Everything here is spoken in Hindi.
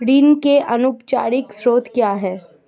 ऋण के अनौपचारिक स्रोत क्या हैं?